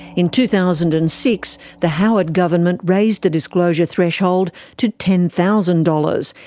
in two thousand and six, the howard government raised the disclosure threshold to ten thousand dollars,